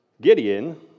Gideon